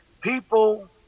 People